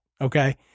Okay